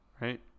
right